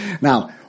Now